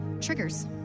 triggers